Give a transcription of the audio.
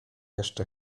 jeszcze